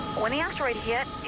when the asteroid hit,